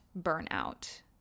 burnout